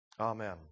Amen